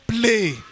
play